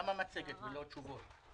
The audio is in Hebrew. למה מצגת ולא תשובות?